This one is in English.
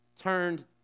turned